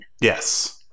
yes